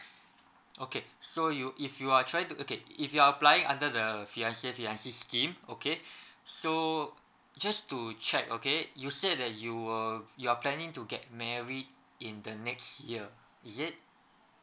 okay so you if you are trying to okay if you are applying under the fiancé fiancée scheme okay so just to check okay you said that you were you are planning to get married in the next year is it